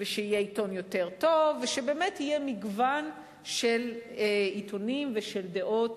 שיהיה עיתון יותר טוב ושבאמת יהיה מגוון של עיתונים ושל דעות